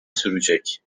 sürecek